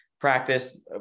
practice